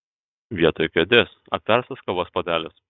vietoj kėdės apverstas kavos puodelis